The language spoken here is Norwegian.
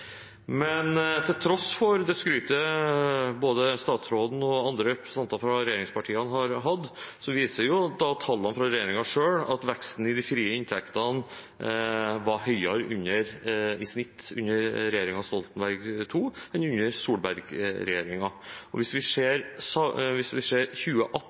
Men til tross for skrytet fra både statsråden og andre representanter fra regjeringspartiene viser tallene fra regjeringen selv at veksten i de frie inntektene var større i snitt under regjeringen Stoltenberg II enn under Solberg-regjeringen. Hvis vi ser 2018